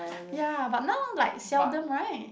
ya but now like seldom right